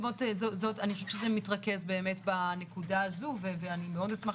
אני חושבת שזה מתרכז באמת בנקודה הזאת ואני מאוד אשמח